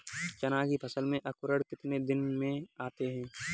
चना की फसल में अंकुरण कितने दिन में आते हैं?